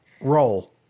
roll